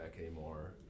anymore